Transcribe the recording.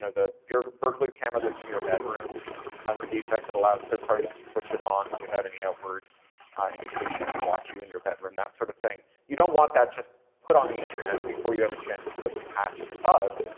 know, your burglar camera that's in your bedroom has a defect that allows third parties to switch it on without any outward indication and watch you in your bedroom, that sort of thing, you don't want that just put on the internet before you have a chance to patch the bug.